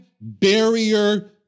barrier